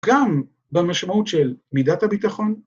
‫גם במשמעות של מידת הביטחון.